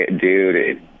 dude